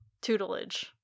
tutelage